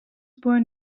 born